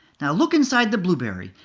now look inside the blueberry,